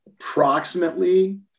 approximately